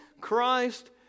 Christ